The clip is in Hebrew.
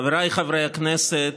חבריי חברי הכנסת,